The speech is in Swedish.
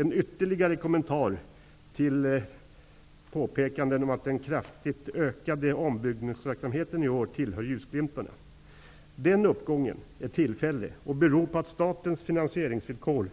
En ytterligare kommentar till påpekandet från arbetsmarknadsministern att den kraftigt ökade ombyggnadsverksamheten i år tillhör ljusglimtarna. Den uppgången är tillfällig och beror på att statens finansieringsvillkor